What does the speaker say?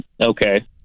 okay